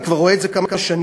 אני כבר רואה את זה כמה שנים.